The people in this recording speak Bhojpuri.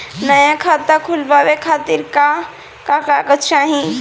नया खाता खुलवाए खातिर का का कागज चाहीं?